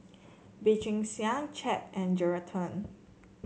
Bee Cheng Hiang Chap and Geraldton